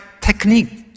technique